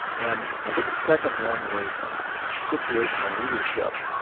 and i think the second one was situational leadership,